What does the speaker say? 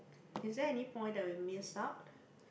is there any point that we miss out